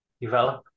develop